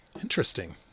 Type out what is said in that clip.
Interesting